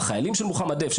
חיילים של מוחמד דף,